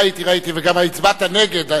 ראיתי, ראיתי, וגם הצבעת נגד.